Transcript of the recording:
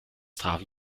trafen